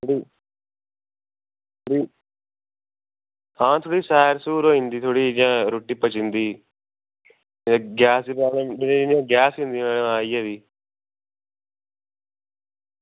आं थोह्ड़ी सैर होई जंदी थोह्ड़ी रुट्टी पची जंदी गैस बनी जंदी गैस भी